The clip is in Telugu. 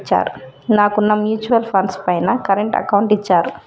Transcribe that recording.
నాకున్న మ్యూచువల్ ఫండ్స్ పైన కరెంట్ అకౌంట్ ఇచ్చారు